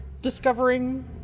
Discovering